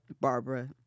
barbara